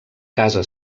casa